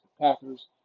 Packers